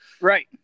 Right